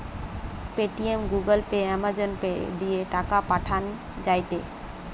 Paytm, Google pay, Amazon pay দিয়ে টাকা পাঠান যায়টে